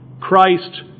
Christ